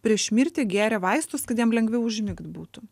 prieš mirtį gėrė vaistus kad jam lengviau užmigt būtų